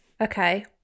Okay